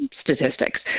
Statistics